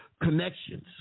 connections